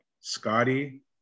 Scotty